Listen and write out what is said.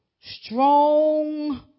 strong